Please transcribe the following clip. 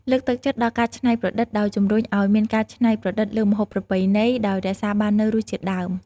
លើកទឹកចិត្តដល់ការច្នៃប្រឌិតដោយ ជំរុញឱ្យមានការច្នៃប្រឌិតលើម្ហូបប្រពៃណី ដោយរក្សាបាននូវរសជាតិដើម។